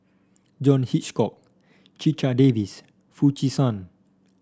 John Hitchcock Checha Davies Foo Chee San